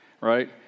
right